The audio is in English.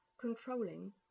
controlling